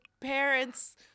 parents